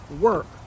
Work